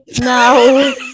no